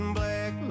black